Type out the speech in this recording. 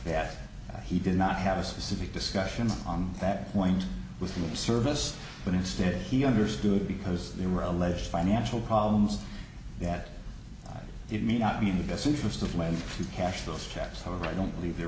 that he did not have a specific discussion on that point within the service but instead he understood because there were alleged financial problems that it may not be in the best interest of mine to cash those chaps however i don't believe there